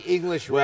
English